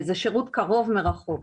זה שירות קרוב מרחוק.